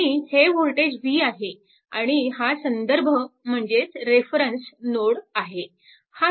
आणि हे voltage v आहे आणि हा संदर्भ म्हणजेच रेफरन्स नोड आहे